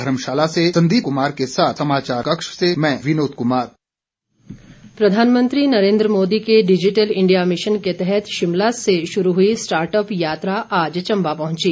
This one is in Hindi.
धर्मशाला से संदीप कुमार ने साथ समाचार कक्ष से मैं विनोद कुमार डिजिटल मिशन चंबा प्रधानमंत्री नरेन्द्र मोदी के डिजिटल इंडिया मिशन के तहत शिमला से शुरू हुई स्टार्टअप यात्रा आज चंबा पहुंची